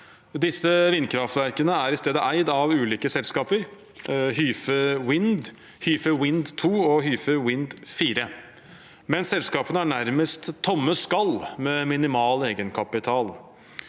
Disse vindkraftverkene er i stedet eid av ulike selskaper, Hyfe Wind, Hyfe Wind II og Hyfe Wind IV, men selskapene er nærmest tomme skall med minimal egenkapital.